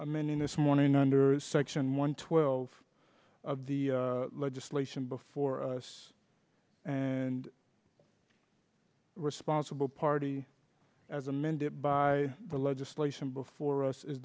amending this morning under section one twelve of the legislation before us and responsible party as amended by the legislation before us is